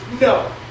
No